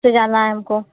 से जाना है हमको